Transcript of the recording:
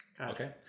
Okay